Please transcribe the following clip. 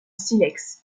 silex